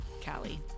cali